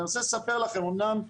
אני רוצה לספר לכם, אמנם,